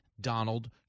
Donald